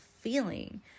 feeling